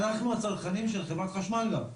אנחנו הצרכנים של חברת חשמל גם,